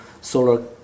Solar